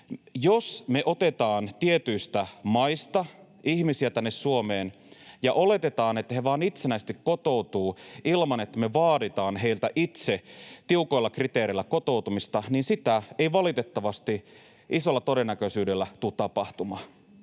jos me otetaan tietyistä maista ihmisiä tänne Suomeen ja oletetaan, että he vain itsenäisesti kotoutuvat ilman, että me vaaditaan heiltä itse tiukoilla kriteereillä kotoutumista, niin sitä ei valitettavasti isolla todennäköisyydellä tule tapahtumaan,